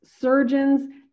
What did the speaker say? surgeons